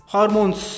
Hormones